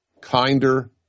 kinder